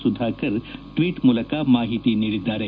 ಸುಧಾಕರ್ ಟ್ನೀಟ್ ಮೂಲಕ ಮಾಹಿತಿ ನೀಡಿದ್ದಾರೆ